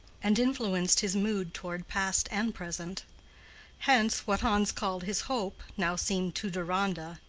and influenced his mood toward past and present hence, what hans called his hope now seemed to deronda,